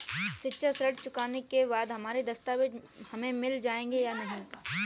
शिक्षा ऋण चुकाने के बाद हमारे दस्तावेज हमें मिल जाएंगे या नहीं?